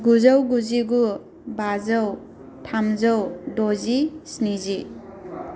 गुजौ गुजिगु बाजौ थामजौ द'जि स्निजि